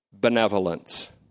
Benevolence